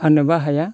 फाननोबो हाया